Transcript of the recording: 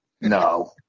no